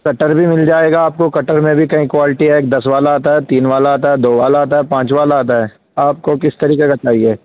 کٹر بھی مل جائے گا آپ کو کٹر میں بھی کئی کوالٹی ہے ایک دس والا آتا ہے تین والا آتا ہے دو والا آتا ہے پانچ والا آتا ہے آپ کو کس طریقے کا چاہیے